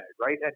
right